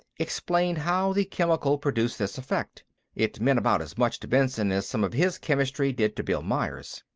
explained how the chemical produced this effect it meant about as much to benson as some of his chemistry did to bill myers.